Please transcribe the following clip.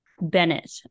bennett